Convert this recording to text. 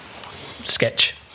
sketch